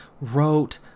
wrote